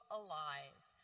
alive